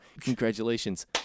Congratulations